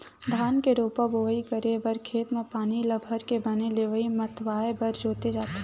धान के रोपा बोवई करे बर खेत म पानी ल भरके बने लेइय मतवाए बर जोते जाथे